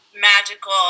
magical